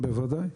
בוודאי,